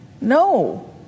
No